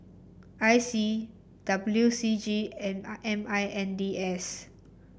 I C W C G and I M I N D S